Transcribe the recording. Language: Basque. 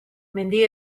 mendi